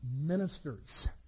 ministers